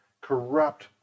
corrupt